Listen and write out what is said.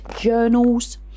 journals